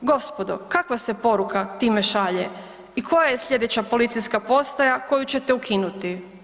Gospodo kakva se poruka time šalje i koja je slijedeća policijska postaja koju ćete ukinuti?